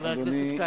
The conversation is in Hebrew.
חבר הכנסת כץ.